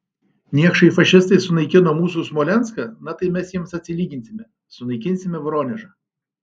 niekšai fašistai sunaikino mūsų smolenską na tai mes jiems atsilyginsime sunaikinsime voronežą